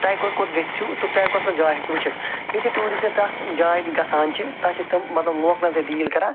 تُہۍ کوٚت کوٚت گٔژھیٛو تہٕ تۄہہِ کۄس کۄس جاے ہیٚکیٛو وُچھتھ یُتھٕے ٹیٛوٗرِسٹہٕ تَتھ جایہِ گژھان چھِ تَتہِ چھِ تِم مطلب لوکلَن سۭتۍ ڈیٖل کران